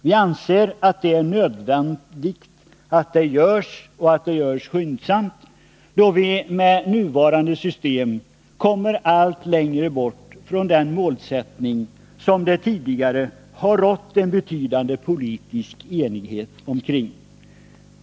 Vi anser det nödvändigt att detta görs och att det görs skyndsamt, då vi med nuvarande system kommer allt längre bort från den målsättning som det tidigare har rått en betydande politisk enighet omkring.